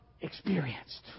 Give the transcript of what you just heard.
experienced